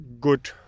good